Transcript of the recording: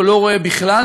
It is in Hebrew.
או לא רואה בכלל,